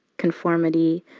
conformity,